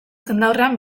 jendaurrean